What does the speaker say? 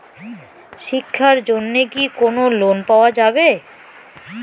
শিক্ষার জন্যে কি কোনো লোন পাওয়া যাবে?